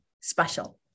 special